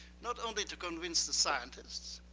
not only to convince the scientists,